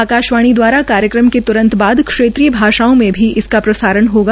आकाशवाणी दवारा कार्यक्रम के तूरत बाद क्षेत्रीय भाषाओं में भी इसका प्रसारण होगा